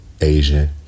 Asian